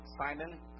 Simon